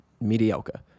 mediocre